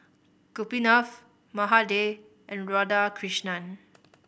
Gopinath Mahade and Radhakrishnan